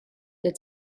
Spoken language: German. der